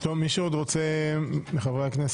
מישהו עוד רוצה לשאול.